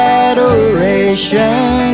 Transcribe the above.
adoration